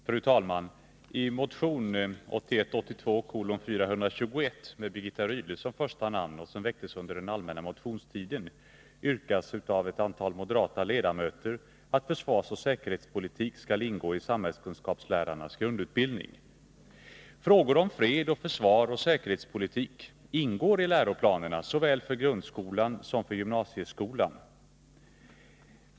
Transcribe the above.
Fru talman! I motion 1981/82:421 med Birgitta Rydle som första namn, vilken väcktes under den allmänna motionstiden, yrkas av ett antal moderata ledamöter att försvarsoch säkerhetspolitik skall ingå i samhällskunskapslärarnas grundutbildning. Frågor om fred, försvar och säkerhetspolitik ingår i läroplanerna såväl för grundskolan som för gymnasieskolan.